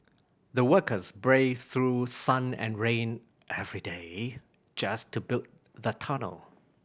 the workers braved through sun and rain every day just to build the tunnel